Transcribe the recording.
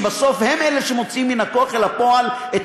שבסוף הם שמוציאים מהכוח אל הפועל את